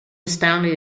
stanley